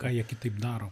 ką jie kitaip daro